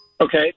Okay